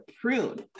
prune